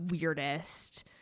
weirdest